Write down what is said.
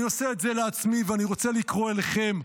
אני עושה את זה לעצמי ואני רוצה לקרוא אליכם,